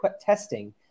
testing